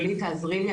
גלית תעזרי לי,